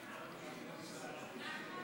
נתקבלה.